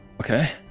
okay